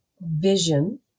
vision